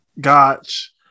Gotch